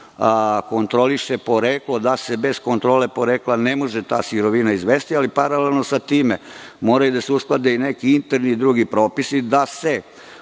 kontroliše poreklo, da se bez kontrole porekla ne može ta sirovina izvesti. Paralelno sa time moraju da se usklade i neki interni i drugi propisi da se